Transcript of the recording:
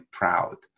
proud